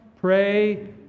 pray